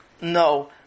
no